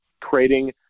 creating